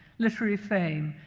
literary fame,